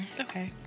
Okay